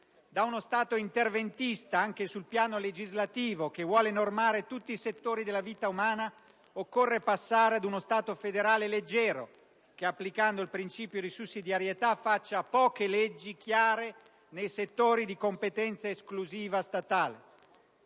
Da uno Stato interventista, anche sul piano legislativo, che vuole normare tutti i settori della vita umana occorre passare ad uno Stato federale leggero che, applicando il principio di sussidiarietà, faccia poche leggi chiare nei settori di competenza esclusiva statale.